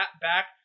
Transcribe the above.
back